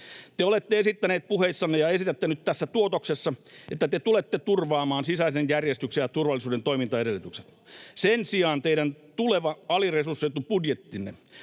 Te olette esittäneet puheissanne ja esitätte nyt tässä tuotoksessa, että te tulette turvaamaan sisäisen järjestyksen ja turvallisuuden toimintaedellytykset. Sen sijaan teidän tuleva aliresursoitu budjettinne,